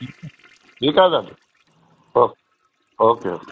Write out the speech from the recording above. ठीकु आहे न उहो ओके